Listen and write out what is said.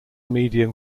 medium